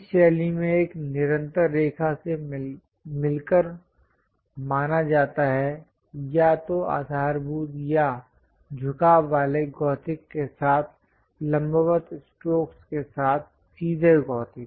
इस शैली को एक निरंतर रेखा से मिलकर माना जाता है या तो आधारभूत या झुकाव वाले गोथिक के साथ लंबवत स्ट्रोक के साथ सीधे गॉथिक